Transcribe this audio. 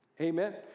Amen